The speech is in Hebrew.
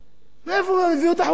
מאיפה הביאו את החוצפה הזאת?